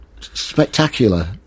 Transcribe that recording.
spectacular